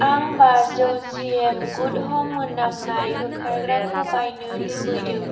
आं बाजौ जिएम गुड हम मोनामनाय होखारग्राखौ बायनो लुबैदों